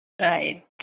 Right